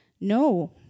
no